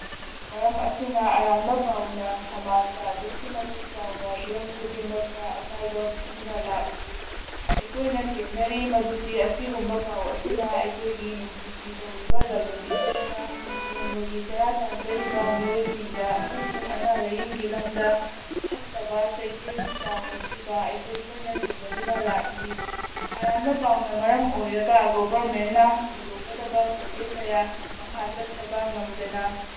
ꯃꯔꯝ ꯑꯁꯤꯅ ꯑꯔꯥꯟꯕ ꯄꯥꯎꯅ ꯁꯃꯥꯖꯇ ꯑꯗꯨꯛꯀꯤ ꯃꯇꯤꯛ ꯆꯥꯎꯅ ꯍꯤꯔꯝ ꯈꯨꯗꯤꯡꯃꯛꯇ ꯑꯀꯥꯏꯕ ꯄꯤꯗꯨꯅ ꯂꯥꯛꯂꯤ ꯑꯩꯈꯣꯏꯅ ꯊꯦꯡꯅꯔꯤ ꯃꯗꯨꯗꯤ ꯑꯁꯤꯒꯨꯝꯕ ꯄꯥꯎ ꯑꯁꯤꯅ ꯑꯩꯈꯣꯏꯒꯤ ꯅꯨꯡꯇꯤꯒꯤ ꯇꯧꯔꯤꯕ ꯂꯂꯣꯜ ꯏꯇꯤꯛꯇ ꯅꯣꯡꯃꯒꯤ ꯆꯔꯥ ꯇꯥꯟꯖꯔꯤꯕ ꯃꯤꯑꯣꯏꯁꯤꯡꯗ ꯑꯃꯁꯨꯡ ꯑꯅꯥ ꯂꯥꯏꯌꯦꯡꯒꯤ ꯂꯝꯗ ꯐꯠꯇꯕ ꯆꯩꯊꯦꯡ ꯆꯥꯎꯅ ꯄꯤꯕ ꯑꯩꯈꯣꯏ ꯇꯣꯏꯅ ꯊꯦꯡꯅꯗꯨꯅ ꯂꯥꯛꯂꯤ ꯑꯔꯥꯟꯕ ꯄꯥꯎꯅ ꯃꯔꯝ ꯑꯣꯏꯔꯒ ꯒꯣꯕꯔꯃꯦꯟꯅ ꯍꯧꯗꯣꯛꯀꯗꯕ ꯄ꯭ꯔꯣꯖꯦꯛ ꯀꯌꯥ ꯃꯈꯥ ꯆꯠꯊꯕ ꯉꯝꯗꯅ